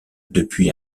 depuis